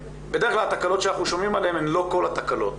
בדרך-כלל התקלות שאנחנו שומעים עליהן הן לא כל התקלות.